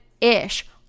ish